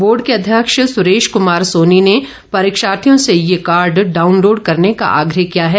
board के अध्यक्ष सुरेश कुमार सोनी ने परीक्षार्थियों से ये कार्ड डाउनलोड करने का आग्रह किया है